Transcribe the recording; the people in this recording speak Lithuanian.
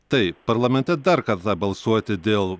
tai parlamente dar kartą balsuoti dėl